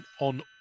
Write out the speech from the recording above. on